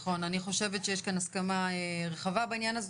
נכון, אני חושבת שיש כאן הסכמה רחבה בעניין הזה.